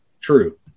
True